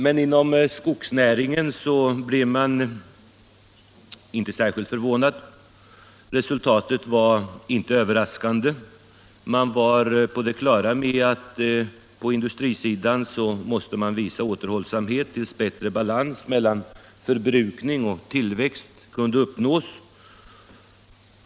Men inom skogsnäringen blev man inte alls särskilt förvånad. Resultatet var inte överraskande. Man var fullt på det klara med att det på industrisidan måste visas återhållsamhet tills bättre balans mellan förbrukning och tillväxt kunde uppnås.